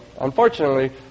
Unfortunately